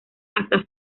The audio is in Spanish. hasta